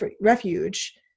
refuge